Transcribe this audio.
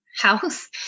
house